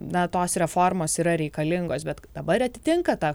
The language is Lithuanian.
na tos reformos yra reikalingos bet k dabar atitinka tą